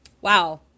wow